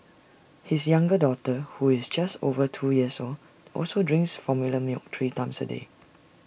his younger daughter who is just over two years old also drinks formula milk three times A day